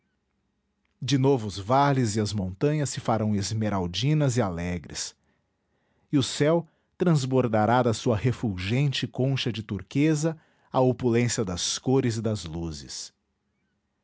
de novo os vales e as montanhas se farão esmeraldinas e alegres e o céu transbordará da sua refulgente concha de turquesa a opulência das cores e das luzes